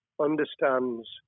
understands